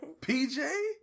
PJ